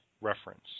reference